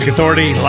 authority